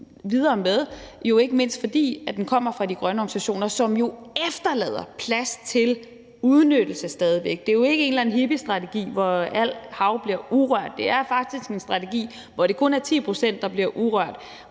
videre med, jo ikke mindst fordi den kommer fra de grønne organisationer, som stadig væk efterlader plads til udnyttelse. Det er jo ikke en eller anden hippiestrategi, hvor alt hav bliver urørt. Det er faktisk en strategi, hvor det kun er 10 pct., der bliver urørt.